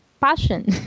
passion